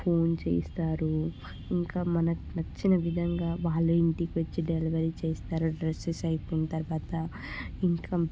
phone చేస్తారు ఇంకా మనకు నచ్చిన విధంగా వాళ్ళే ఇంటికి వచ్చి డెలివరీ చేస్తారు డ్రెస్సెస్ అయిపోయిన తర్వాత ఇంకా